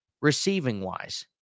Receiving-wise